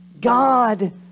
God